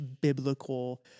biblical